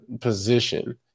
position